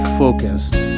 focused